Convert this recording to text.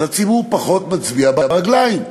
הציבור פחות מצביע ברגליים.